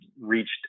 reached